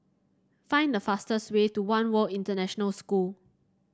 find the fastest way to One World International School